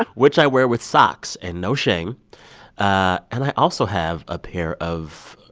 which i wear with socks and no shame. ah and i also have a pair of,